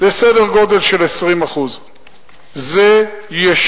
זה סדר גודל של 20%. זה ישירות